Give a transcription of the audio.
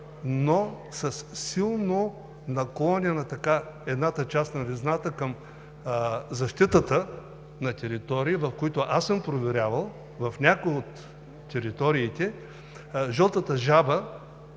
но със силно наклонена едната част на везната към защитата на територии, в които аз съм проверявал. В някои от териториите жълтата жаба